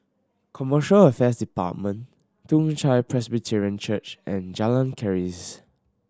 Commercial Affairs Department Toong Chai Presbyterian Church and Jalan Keris